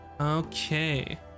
Okay